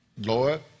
Lord